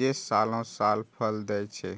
जे सालों साल फल दै छै